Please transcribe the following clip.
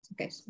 Okay